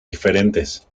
diferentes